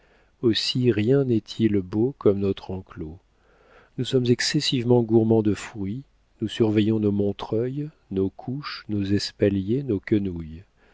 aussi rien n'est-il beau comme notre enclos nous sommes excessivement gourmands de fruits nous surveillons nos montreuils nos couches nos espaliers nos quenouilles